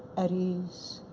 at ease,